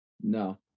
No